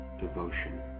devotion